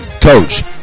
coach